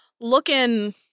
looking